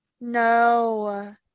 no